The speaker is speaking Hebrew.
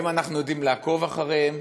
האם אנחנו יודעים לעקוב אחריהם?